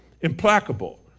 implacable